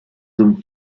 dome